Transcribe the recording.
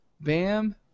Bam